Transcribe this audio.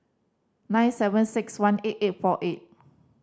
nine seven six one eight eight four eight